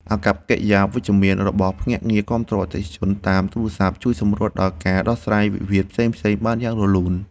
អាកប្បកិរិយាវិជ្ជមានរបស់ភ្នាក់ងារគាំទ្រអតិថិជនតាមទូរស័ព្ទជួយសម្រួលដល់ការដោះស្រាយវិវាទផ្សេងៗបានយ៉ាងរលូន។